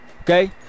okay